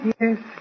yes